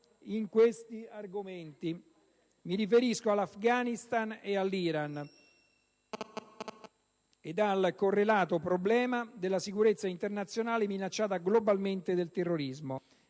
in questo momento (mi riferisco all'Afghanistan ed all'Iran) ed al correlato problema della sicurezza internazionale, minacciata globalmente dal terrorismo.